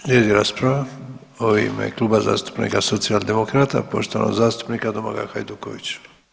Slijedi rasprava u ime Kluba zastupnika Socijaldemokrata poštovanog zastupnika Domagoj Hajduković.